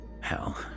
Hell